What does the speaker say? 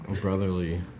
Brotherly